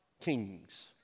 kings